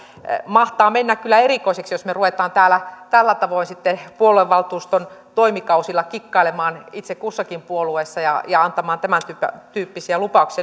mahtaa mennä kyllä erikoiseksi jos me rupeamme täällä tällä tavoin sitten puoluevaltuuston toimikausilla kikkailemaan itse kussakin puolueessa ja ja antamaan tämäntyyppisiä lupauksia